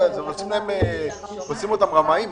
מתייחסים אליהם כאל רמאים.